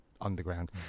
underground